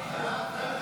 ההצעה